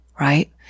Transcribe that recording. right